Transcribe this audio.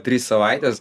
tris savaites